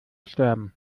sterben